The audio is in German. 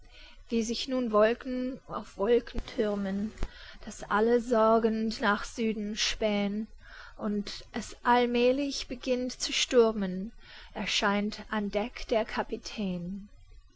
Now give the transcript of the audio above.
wie sich nun wolken auf wolken thürmen daß alle sorgend nach süden spähn und es allmählich beginnt zu stürmen erscheint an deck der kapitän